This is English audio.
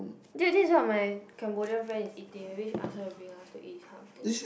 dude this is what my Cambodia friend is eating maybe we should ask her to bring us to eat this kind of thing